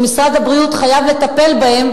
שמשרד הבריאות חייב לטפל בהם,